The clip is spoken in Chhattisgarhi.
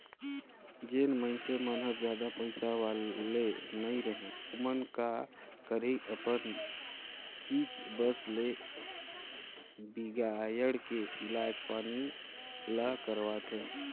जेन मइनसे मन हर जादा पइसा वाले नइ रहें ओमन का करही अपन चीच बस ल बिगायड़ के इलाज पानी ल करवाथें